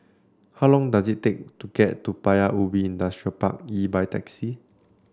how long does it take to get to Paya Ubi Industrial Park E by taxi